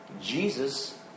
Jesus